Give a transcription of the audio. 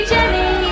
Jenny